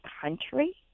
country